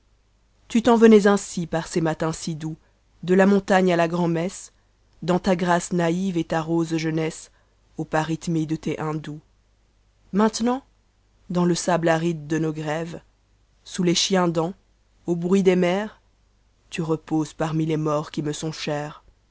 tu t'en vena s ainsi par ces matins si doux i d a montagne à iagrand'messe dans ta grâce naïve et ta rose jeunesse au pas rythmé de tes hindons maintenant dans le sable aride de nos grèves sous les chiendents au bruit des mers ta reposes parmi les morts qui me sont chers